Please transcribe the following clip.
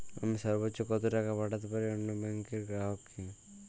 আমি সর্বোচ্চ কতো টাকা পাঠাতে পারি অন্য ব্যাংকের গ্রাহক কে?